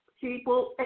people